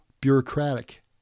bureaucratic